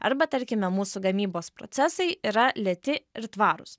arba tarkime mūsų gamybos procesai yra lėti ir tvarūs